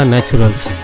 Naturals